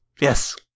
Yes